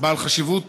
בעל חשיבות